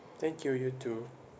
thank you you too